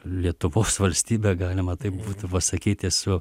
lietuvos valstybę galima taip būtų pasakyti su